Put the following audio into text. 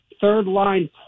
third-line